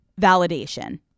validation